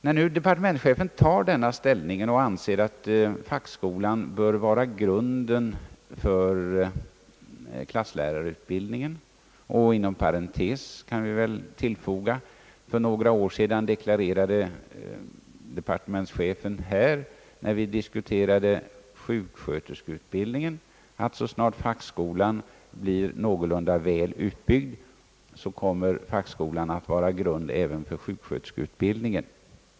När departementschefen nu intar den ståndpunkten att fackskolan bör vara grunden för = klasslärarutbildningen, kan man inom parentes tillfoga att han för några år sedan deklarerade här i kammaren, att så snart fackskolan blir någorlunda väl utbyggd skall den vara grund även för sjuksköterskeutbildningen.